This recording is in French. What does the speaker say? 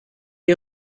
est